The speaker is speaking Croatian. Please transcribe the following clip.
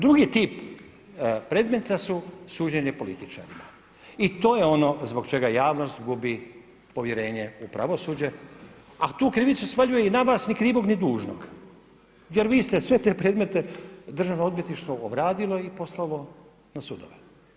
Drugi tip predmeta su suđenje političarima i to je ono zbog čega javnost gubi povjerenje u pravosuđe, a tu krivicu svaljuje i na vas, ni krivog ni dužnog, jer vi ste sve te predmete, državno odvjetništvo obradilo i poslalo na sudove.